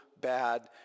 bad